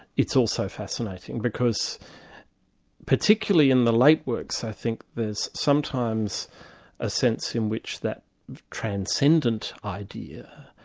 it's also fascinating because particularly in the late works i think there's sometimes a sense in which that transcendent idea,